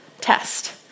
test